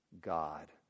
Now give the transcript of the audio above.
God